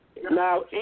Now